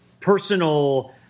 personal